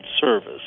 service